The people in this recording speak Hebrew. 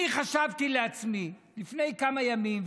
אני חשבתי לעצמי לפני כמה ימים,